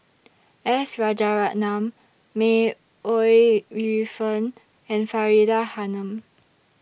S Rajaratnam May Ooi Yu Fen and Faridah Hanum